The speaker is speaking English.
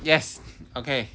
yes okay